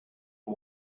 and